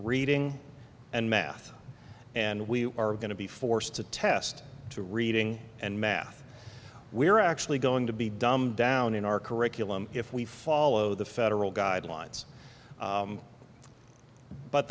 reading and math and we are going to be forced to test to reading and math we're actually going to be dumbed down in our curriculum if we follow the federal guidelines